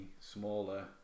smaller